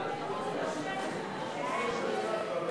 הצעת ועדת הכנסת להעביר